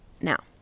Now